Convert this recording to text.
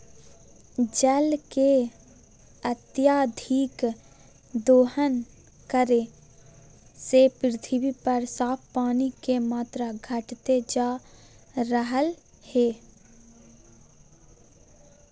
जल के अत्यधिक दोहन करे से पृथ्वी पर साफ पानी के मात्रा घटते जा रहलय हें